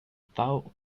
powell